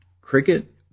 Cricket